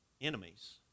enemies